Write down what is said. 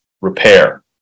repair